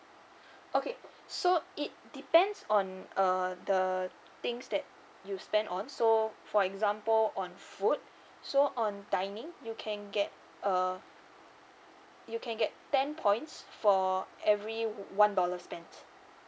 okay so it depends on uh the things that you spent on so for example on food so on dining you can get uh you can get ten points for every one dollar spent